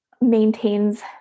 maintains